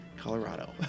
Colorado